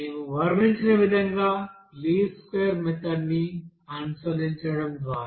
మేము వర్ణించిన విధంగానే లీస్ట్ స్క్వేర్ మెథడ్ ని అనుసరించడం ద్వారా